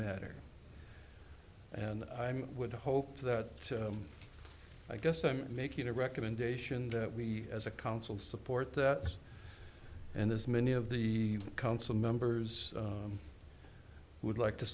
matter and i would hope that i guess i'm making a recommendation that we as a council support that and as many of the council members would like to